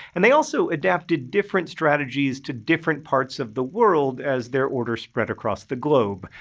and they also adapted different strategies to different parts of the world as their order spread across the globe.